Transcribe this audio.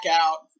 out